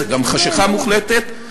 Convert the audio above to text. זו גם חשכה מוחלטת.